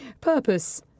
Purpose